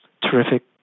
terrific